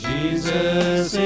Jesus